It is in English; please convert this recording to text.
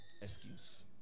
excuse